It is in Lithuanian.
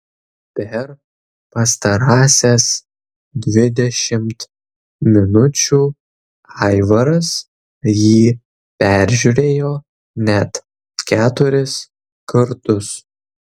per pastarąsias dvidešimt minučių aivaras jį peržiūrėjo net keturis kartus